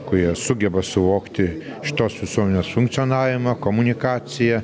kurie sugeba suvokti šitos visuomenės funkcionavimą komunikaciją